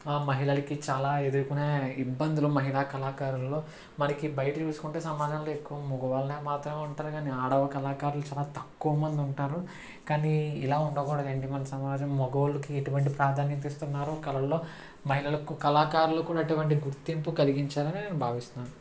ఆ మహిళలకి చాలా ఎదురుకొనే ఇబ్బందులు మహిళా కళాకారుల్లో మనకి బయటకు చూసుకుంటే సమాజంలో ఎక్కువ మగవాళ్ళనే మాత్రమే ఉంటారు కాని ఆడవాళ్ళు కళాకారులు చాలా తక్కువ మంది ఉంటారు కానీ ఇలా ఉండకూడదండి మన సమాజం మగాళ్ళకి ఎటువంటి ప్రాధాన్యత ఇస్తున్నారు కళల్లో మహిళలకు కళాకారులకు కూడా అటువంటి గుర్తింపు కలిగించాలని నేను భావిస్తున్నాను